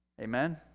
Amen